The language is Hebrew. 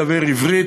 דבר עברית",